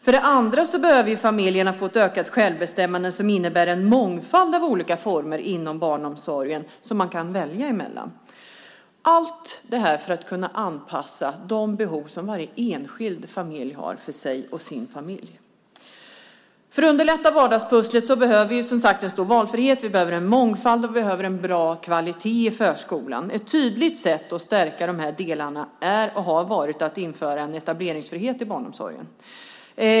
För det andra behöver familjerna få ett ökat självbestämmande innebärande att det finns en mångfald av olika former inom barnomsorgen att välja mellan - allt det här för att kunna anpassa till de behov som varje enskild familj har, behov som man har för sig och för sin familj. För att underlätta vardagspusslet behöver vi, som sagt, en stor valfrihet. Vi behöver också mångfald och en bra kvalitet i förskolan. Ett tydligt sätt att stärka de här delarna är, och har varit, införandet av etableringsfrihet i barnomsorgen.